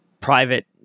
private